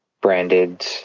branded